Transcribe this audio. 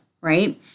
right